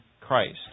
Christ